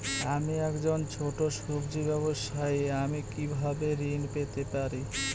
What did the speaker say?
আমি একজন ছোট সব্জি ব্যবসায়ী আমি কিভাবে ঋণ পেতে পারি?